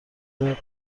الهه